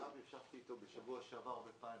ישבתי איתו בשבוע שעבר בפאנל.